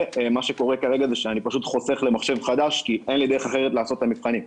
וכרגע אני חוסך למחשב חדש כי אין לי דרך אחרת לעשות את המבחנים.